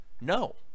No